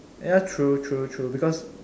ya true true true because